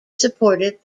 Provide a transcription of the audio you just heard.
supported